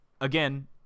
Again